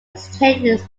exchange